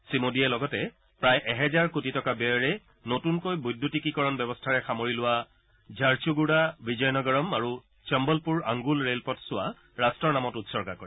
শ্ৰীমোডীয়ে লগতে প্ৰায় এহাজাৰ কোটি টকা ব্যয়েৰে নতুনকৈ বৈদ্যুতিকীকৰণ কৰা ঝাৰছুগুড়া বিজয়নগৰম আৰু চম্বলপুৰ আংগুল ৰেলপথছোৱা ৰাট্টৰ নামত উৎসৰ্গা কৰে